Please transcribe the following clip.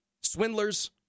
swindlers